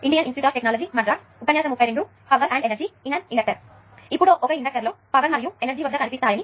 ఇప్పుడు ఒక ఇండక్టర్ లో పవర్ మరియు ఎనర్జీ వద్ద కనిపిస్తాయని